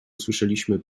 usłyszeliśmy